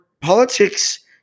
politics